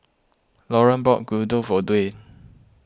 Loran bought Gyudon for Dwayne